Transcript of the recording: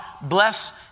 bless